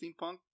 steampunk